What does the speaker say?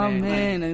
Amen